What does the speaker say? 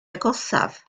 agosaf